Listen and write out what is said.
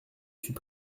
suis